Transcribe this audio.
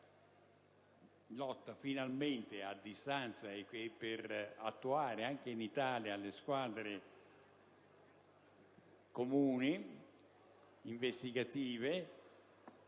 questa lotta a distanza e per attuare anche in Italia le squadre comuni investigative,